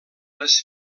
les